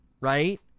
right